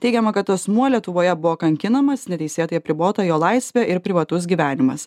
teigiama kad asmuo lietuvoje buvo kankinamas neteisėtai apribota jo laisvė ir privatus gyvenimas